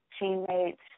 teammates